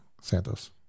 Santos